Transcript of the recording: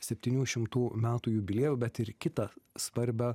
septynių šimtų metų jubiliejų bet ir kitą svarbią